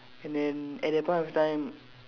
and then at that point of time